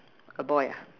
a boy ah